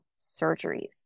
surgeries